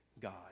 God